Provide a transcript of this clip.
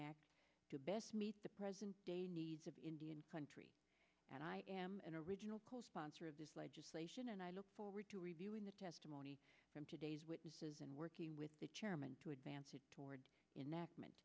act to best meet the present day needs of indian country and i am an original co sponsor of this legislation and i look forward to reviewing the testimony from today's witnesses and working with the chairman to advance toward inec meant